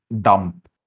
dump